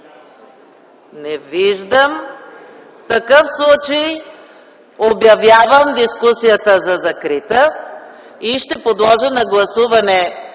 Няма. В такъв случай обявявам дискусията за закрита и ще подложа на гласуване